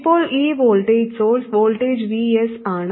ഇപ്പോൾ ഈ voltage source voltage Vs ആണ്